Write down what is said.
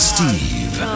Steve